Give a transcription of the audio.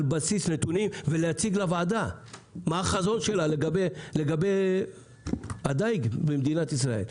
בסיס נתונים ולהציג לוועדה מה החזון שלו לגבי הדיג במדינת ישראל.